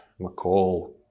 McCall